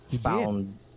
found